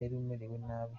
yajyanywe